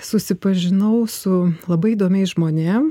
susipažinau su labai įdomiais žmonėm